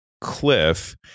cliff